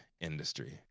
industry